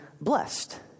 blessed